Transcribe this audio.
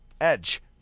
Edge